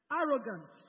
arrogant